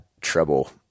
trouble